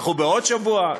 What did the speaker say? דחו בעוד שבוע,